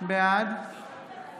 בעד